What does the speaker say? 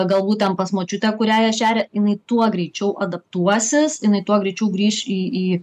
galbūt ten pas močiutę kurią ją šeria jinai tuo greičiau adaptuosis jinai tuo greičiau grįš į į